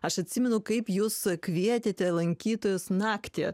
aš atsimenu kaip jūs kvietėte lankytojus naktį